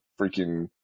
freaking